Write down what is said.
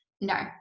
no